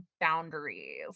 boundaries